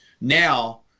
now